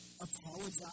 Apologize